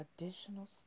additional